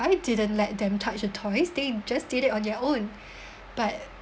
I didn't let them touch the toys they just did it on their own but